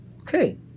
okay